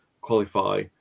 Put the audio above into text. qualify